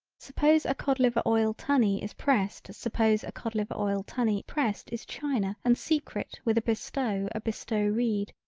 suppose a cod liver oil tunny is pressed suppose a cod liver oil tunny pressed is china and secret with a bestow a bestow reed,